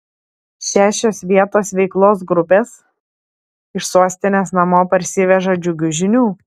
šešios vietos veiklos grupės iš sostinės namo parsiveža džiugių žinių